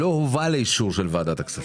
בואו נעבור למצגת.